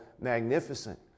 magnificent